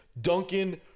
Duncan